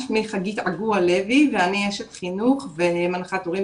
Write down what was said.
אני אשת חינוך ומנחת הורים,